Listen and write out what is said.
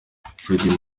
freddy